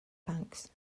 banks